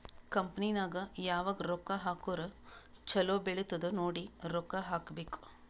company ನಾಗ್ ಯಾವಾಗ್ ರೊಕ್ಕಾ ಹಾಕುರ್ ಛಲೋ ಬೆಳಿತ್ತುದ್ ನೋಡಿ ರೊಕ್ಕಾ ಹಾಕಬೇಕ್